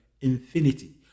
infinity